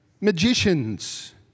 magicians